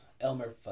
Elmer